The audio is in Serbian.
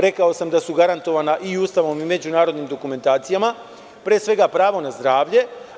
Rekao sam da su garantovana i Ustavom i međunarodnim dokumentacijama, pre svega pravo na zdravlje.